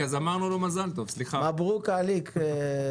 מברוכ עליך.